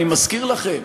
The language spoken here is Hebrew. אני מזכיר לכם,